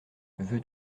veux